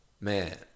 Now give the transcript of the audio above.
man